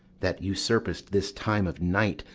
that usurp'st this time of night,